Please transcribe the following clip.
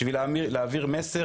כדי להעביר מסר.